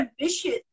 ambitious